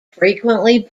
frequently